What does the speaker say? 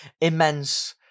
immense